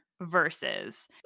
versus